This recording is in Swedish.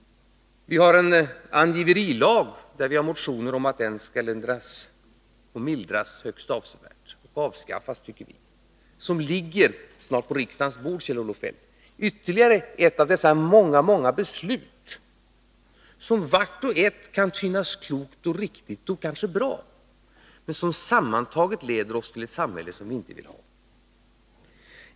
Vi har en angiverilag, och det har avlämnats motioner om att den skall mildras högst avsevärt eller avskaffas — tycker vi. Detta ligger snart på riksdagens bord, Kjell-Olof Feldt. Det är ytterligare ett av dessa många beslut som vart och ett kan synas klokt och riktigt, men som sammantagna leder oss till ett samhälle som vi inte vill ha.